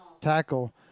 tackle